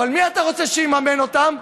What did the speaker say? אבל מי אתה רוצה שיממן אותם?